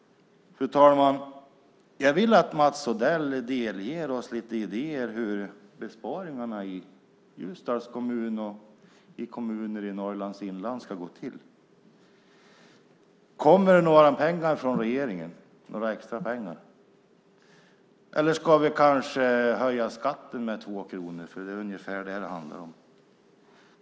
Fru talman! Jag vill att Mats Odell delger oss lite idéer om hur besparingarna i Ljusdals kommun och i kommuner i Norrlands inland ska gå till. Kommer några extra pengar från regeringen? Eller ska vi kanske höja skatten med 2 kronor - det är ungefär det som det handlar om.